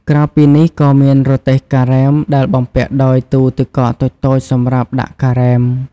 ក្រៅពីនេះក៏មានរទេះការ៉េម ដែលបំពាក់ដោយទូទឹកកកតូចៗសម្រាប់ដាក់ការ៉េម។